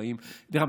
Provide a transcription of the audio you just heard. דרך אגב,